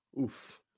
Oof